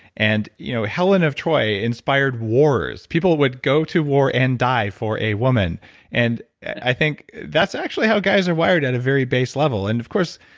and you know helen of troy inspired wars. people would go to war and die for a woman and i think that's actually how guys are wired at a very base level. and of course,